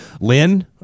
Lynn